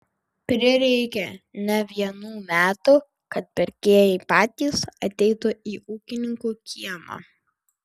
prireikė ne vienų metų kad pirkėjai patys ateitų į ūkininkų kiemą